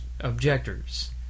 objectors